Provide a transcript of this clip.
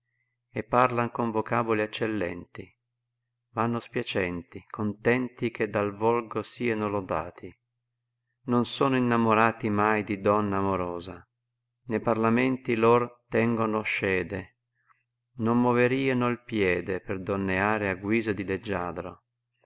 vede parlan con vocaboli eccellenti vanno spiacenti gontenti che dal volgo sieno lodati non sono innamorati mai di donna amorosa ne parlamenti lor tengono scede non moverieno il piede per donneare a guisa di leggiadro